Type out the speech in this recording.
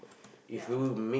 yeah